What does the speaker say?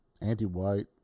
anti-white